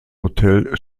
hotel